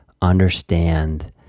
understand